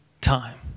time